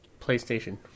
playstation